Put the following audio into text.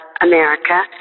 America